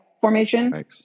formation